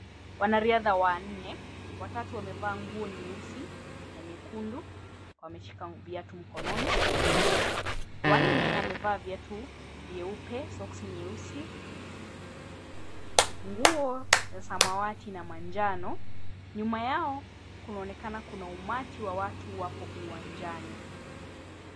Wanariadha wanne, watatu wamevaa nguo nyeusi na nyekundu, wameshika viatu mkononi, wa nne amevaa viatu vyeupe, soksi nyeusi, nguo ya samawati na manjano. Nyuma yao kunaonekana umati wa watu wakiwa uwanjani.